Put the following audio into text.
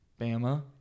Bama